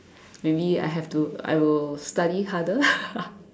maybe I have to I will study harder